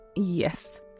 Yes